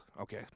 okay